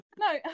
No